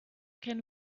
can